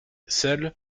seule